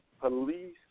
Police